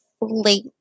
late